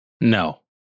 No